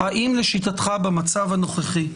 האם לשיטתך במצב הנוכחי,